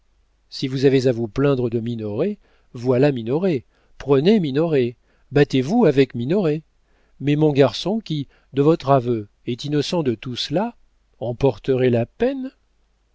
si vous avez à vous plaindre de minoret voilà minoret prenez minoret battez vous avec minoret mais mon garçon qui de votre aveu est innocent de tout cela en porterait la peine